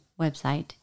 website